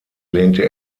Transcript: lehnte